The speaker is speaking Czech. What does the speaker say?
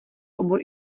obor